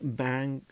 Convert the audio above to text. bank